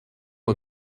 who